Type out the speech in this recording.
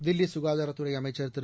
தில்லி சுகாதாரத்துறை அமைச்சர் திரு